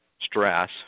stress